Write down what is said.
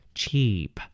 cheap